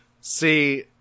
see